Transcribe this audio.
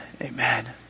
Amen